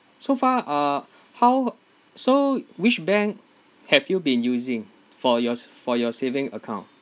so far uh how so which bank have you been using for yours for your saving account